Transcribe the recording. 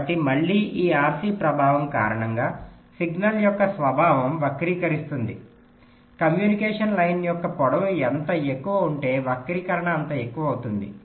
కాబట్టి మళ్ళీ ఈ RC ప్రభావం కారణంగా సిగ్నల్ యొక్క స్వభావం వక్రీకరిస్తుంది కమ్యూనికేషన్ లైన్ యొక్క పొడవు ఎంత ఎక్కువ ఉంటే వక్రీకరణ అంత ఎక్కువ అవుతుంది